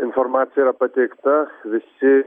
informacija yra pateikta visi